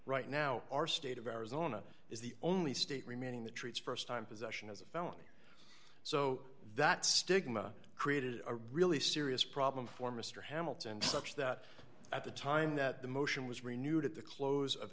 right now our state of arizona is the only state remaining the treats st time possession as a felony so that stigma created a really serious problem for mr hamilton such that at the time that the motion was renewed at the close of